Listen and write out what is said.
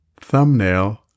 thumbnail